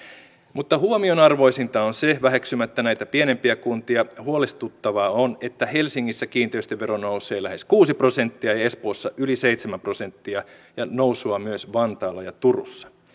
mutta huomionarvoisinta on se väheksymättä näitä pienempiä kuntia huolestuttavaa on että helsingissä kiinteistövero nousee lähes kuusi prosenttia ja espoossa yli seitsemän prosenttia ja nousua on myös vantaalla ja turussa